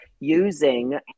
using